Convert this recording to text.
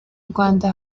rwanda